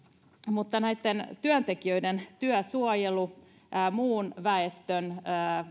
mutta työntekijöiden työsuojelu muun väestön